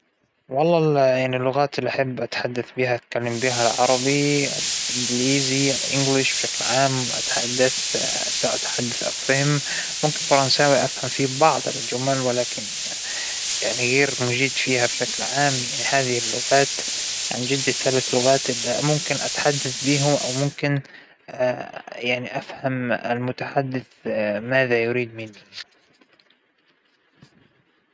مشروبى المفضل هو الآيس كوفى، أو أى شى له علاقة بالقهوة عموماً، أنا أحب الجهوة، حياتى كلها متمحورة حولين الجهوة، لكن أخص فيها الآيس كوفى، أنا يعجبنى برودته، يعجبنى يعجبنى هو كله، حليب بارد وقطع الثلج وأحط الجهوة بقلبه، خلاص صار عندك أحلى آيس كوفى.